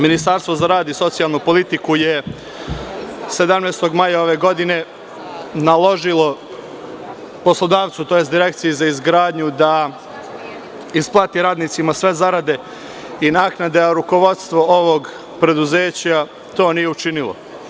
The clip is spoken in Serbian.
Ministarstvo za rad i socijalnu politiku je 17. maja ove godine naložilo poslodavcu, tj. Direkciji za izgradnju da isplati radnicima sve zarade i naknade, a rukovodstvo ovog preduzeća to nije učinilo.